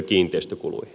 puolet